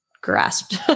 grasped